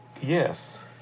Yes